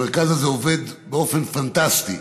המרכז הזה עובד באופן פנטסטי,